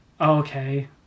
okay